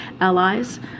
allies